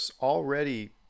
already